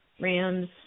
Rams